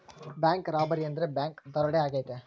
bank robbery ಅಂದ್ರೆ bank ದರೋಡೆ ಆಗೈತೆ